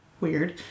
Weird